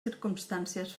circumstàncies